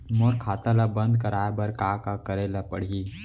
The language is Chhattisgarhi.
मोर खाता ल बन्द कराये बर का का करे ल पड़ही?